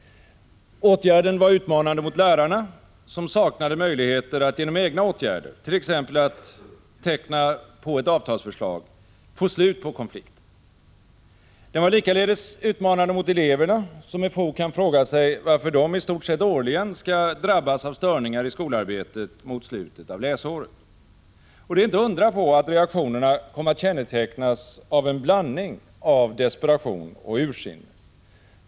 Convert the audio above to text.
Åtgärden var utmanande mot lärarna, som saknade möjligheter att genom egna åtgärder, t.ex. att teckna på ett avtalsförslag, få slut på konflikten. Den var likaledes utmanande mot eleverna, som med fog kan fråga sig varför de i stort sett årligen skall drabbas av störningar i skolarbetet mot slutet av läsåret. Det är inte att undra på att reaktionerna kom att kännetecknas av en blandning av desperation och ursinne.